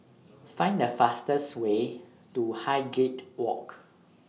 Find The fastest Way to Highgate Walk